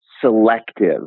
selective